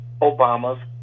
Obama's